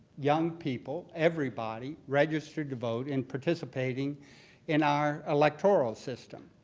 young people, everybody, registered to vote and participating in our electoral system.